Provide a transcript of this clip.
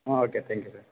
okay thank you sir